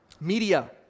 Media